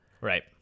Right